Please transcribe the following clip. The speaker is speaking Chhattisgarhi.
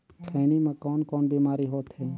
खैनी म कौन कौन बीमारी होथे?